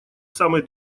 самой